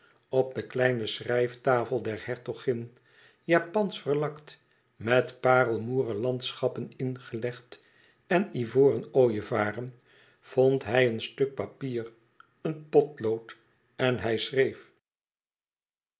op de kleine schrijftafel der hertogin japansch verlakt met parelmoêren landschappen ingelegd en ivoren ooievaren vond hij een stuk papier een potlood en hij schreef